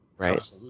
Right